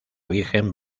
virgen